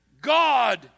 God